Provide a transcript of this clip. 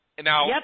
Now